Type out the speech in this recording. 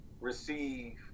receive